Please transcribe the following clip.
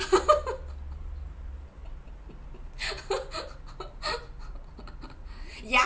ya